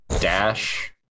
dash